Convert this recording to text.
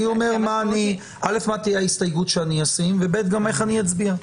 אני אומר מה תהיה ההסתייגות שאני אשים ואיך אני אצביע.